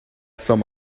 some